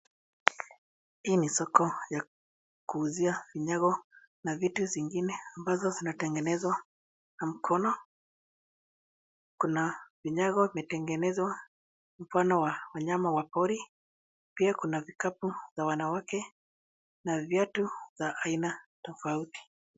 Hii ni soko ya kuuzia vinyago na vitu zingine ambazo zinatengenezwa na mkono. Kuna vinyago imetengenezwa mfano wa wanyama wa pori ,pia kuna vikapu vya wanawake na viatu za aina tofauti.